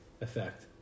Effect